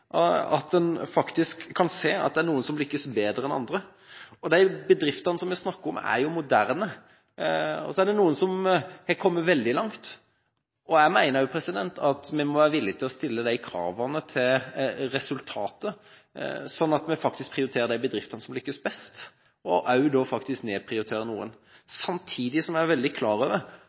at en faktisk kan se at det er noen som lykkes bedre enn andre. De bedriftene som vi snakker om, er jo moderne, og noen har kommet veldig langt. Jeg mener vi må være villige til å stille disse kravene til resultatet, slik at vi faktisk prioriterer de bedriftene som lykkes best – og da faktisk nedprioriterer noen. Samtidig må vi være veldig klar over